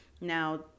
now